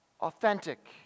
authentic